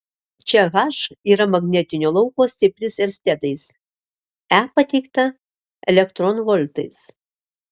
čia h yra magnetinio lauko stipris erstedais e pateikta elektronvoltais